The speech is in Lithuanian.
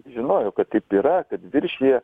žinojo kad taip yra kad viršija